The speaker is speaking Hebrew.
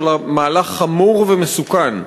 על מהלך חמור ומסוכן.